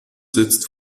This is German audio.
sitzt